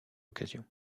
occasion